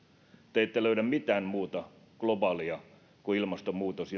te ette löydä mitään muuta globaalia kuin ilmastonmuutos